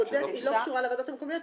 היא לא קשורה לוועדות המקומיות,